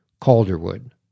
Calderwood